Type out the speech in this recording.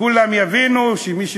שכולם יבינו, מי שמקשיבים: